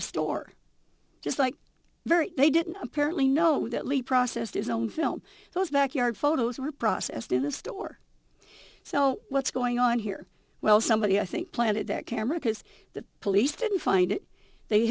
a store just like very they didn't apparently know that lee processed his own film those backyard photos were processed in the store so what's going on here well somebody i think planted that camera because the police didn't find it they